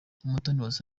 umutoniwase